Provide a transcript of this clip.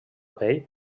pell